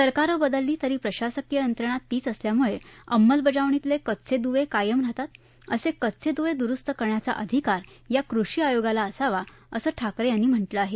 सरकारं बदलली तरी प्रशासकीय यंत्रणा तीच असल्यामुळे अंमलबजावणीतले कच्चे दुवे कायम राहतात असे कच्चे दुवे दुरुस्त करण्याचा अधिकार या कृषी आयोगाला असावा असं ठाकरे यांनी म्हा किं आहे